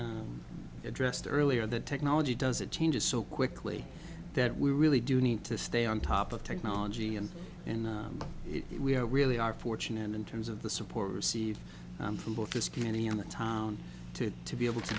amy addressed earlier the technology does it changes so quickly that we really do need to stay on top of technology and and if we are really are fortunate in terms of the support received from both this community and the town to to be able to